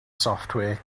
software